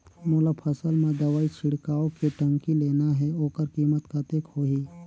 मोला फसल मां दवाई छिड़काव के टंकी लेना हे ओकर कीमत कतेक होही?